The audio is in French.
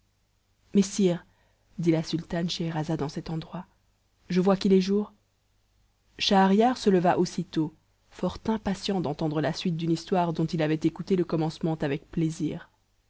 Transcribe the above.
mais sire dit la sultane scheherazade en cet endroit je vois qu'il est jour schahriar se leva aussitôt fort impatient d'entendre la suite d'une histoire dont il avait écouté le commencement avec plaisir